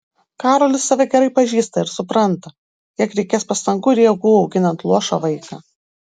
karolis save gerai pažįsta ir supranta kiek reikės pastangų ir jėgų auginant luošą vaiką